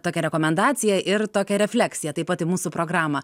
tokią rekomendaciją ir tokią refleksiją taip pat į mūsų programą